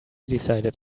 decided